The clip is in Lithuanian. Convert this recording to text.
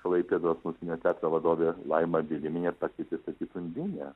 klaipėdos muzikinio teatro vadovė laima vilimienė ir pakvietė statyt undinę